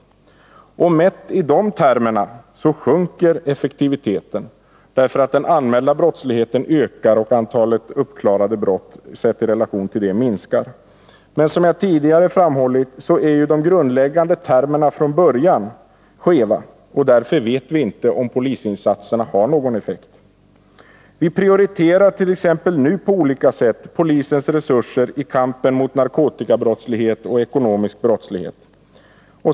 Mätt i dessa termer sjunker effektiviteten, därför att den allmänna brottsligheten ökar och antalet uppklarade brott, sett i relation till antalet anmälda brott, minskar. Men som jag tidigare framhållit är dessa grundläggande termer från början skeva, och därför vet vi inte om polisens insatser har någon effekt. Vi prioriterar t.ex. nu på olika sätt polisens resurser i kampen mot narkotikabrottslighet och ekonomisk brottslighet.